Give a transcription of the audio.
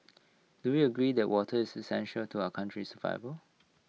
do we agree that water is existential to our country survival